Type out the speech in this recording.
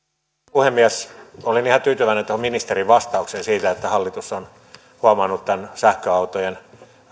puhemies olin ihan tyytyväinen tuohon ministerin vastaukseen siitä että hallitus on huomannut tämän sähköautojen